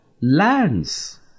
lands